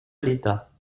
l’état